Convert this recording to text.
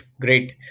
great